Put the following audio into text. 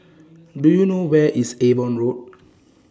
Do YOU know Where IS Avon Road